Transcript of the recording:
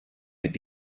mit